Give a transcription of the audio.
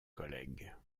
collègues